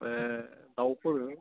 बे दावफोर